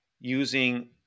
using